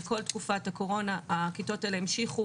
לכל תקופת הקורונה הכיתות האלה המשיכו